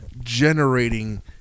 generating